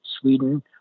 Sweden